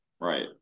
Right